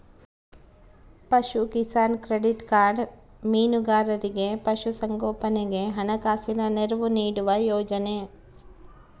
ಪಶುಕಿಸಾನ್ credit card ಮೀನುಗಾರರಿಗೆ ಪಶು ಸಂಗೋಪನೆಗೆ ಹಣಕಾಸಿನ ನೆರವು ನೀಡುವ ಯೋಜನೆ